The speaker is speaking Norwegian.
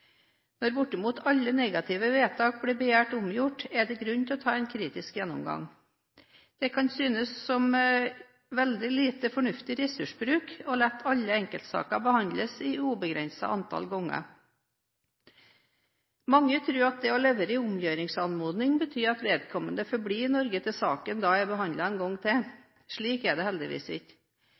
Når bortimot alle negative vedtak blir begjært omgjort, er det grunn til å ta en kritisk gjennomgang. Det kan synes som veldig lite fornuftig ressursbruk å la alle enkeltsaker behandles et ubegrenset antall ganger. Mange tror at det å levere en omgjøringsanmodning betyr at vedkommende får bli i Norge til saken er behandlet en gang til. Slik er det heldigvis ikke.